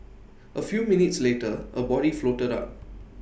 A few minutes later A body floated up